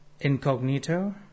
Incognito